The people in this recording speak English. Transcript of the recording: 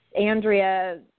Andrea